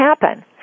happen